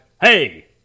Hey